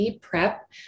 prep